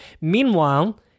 Meanwhile